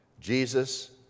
Jesus